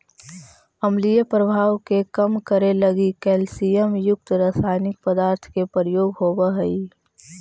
अम्लीय प्रभाव के कम करे लगी कैल्सियम युक्त रसायनिक पदार्थ के प्रयोग होवऽ हई